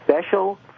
special